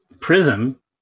Prism